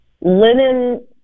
linen